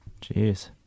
Jeez